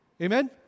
Amen